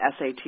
SAT